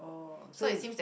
oh so you